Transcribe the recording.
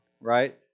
right